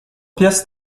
pies